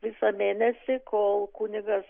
visą mėnesį kol kunigas